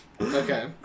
okay